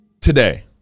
today